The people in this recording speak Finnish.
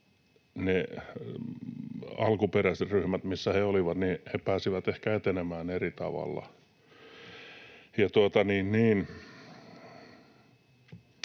alkuperäiset ryhmät, missä he olivat, pääsivät ehkä etenemään eri tavalla.